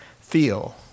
feel